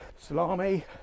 Salami